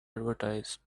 advertise